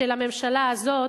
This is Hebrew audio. של הממשלה הזאת,